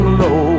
low